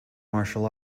martial